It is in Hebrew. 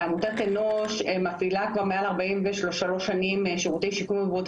ועמותת אנוש מפעילה כבר מעל 43 שנים שירותי שיקום ובריאות